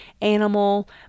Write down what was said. animal